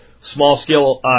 small-scale